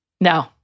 No